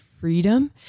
freedom